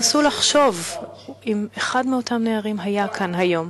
נסו לחשוב אם אחד מאותם נערים היה כאן היום,